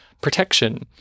protection